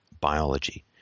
biology